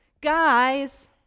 guys